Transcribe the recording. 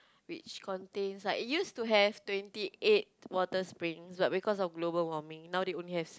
which contains like it used to have twenty eight water springs but because of global warming now they only have